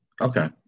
okay